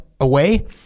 away